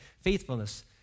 faithfulness